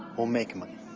we'll make money.